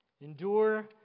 Endure